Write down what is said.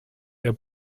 der